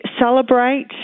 celebrate